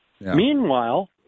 Meanwhile